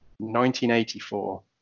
1984